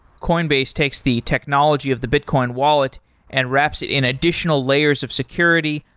coinbase takes the technology of the bitcoin wallet and wraps it in additional layers of security,